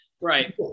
right